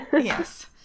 Yes